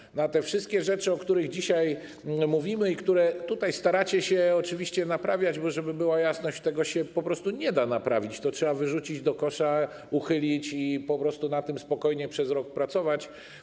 Jeśli chodzi o te wszystkie rzeczy, o których dzisiaj mówimy i które tutaj staracie się oczywiście naprawiać, żeby była jasność: tego się po prostu nie da naprawić, to trzeba wyrzucić do kosza, uchylić i nad tym spokojnie przez rok pracować.